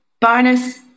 Bonus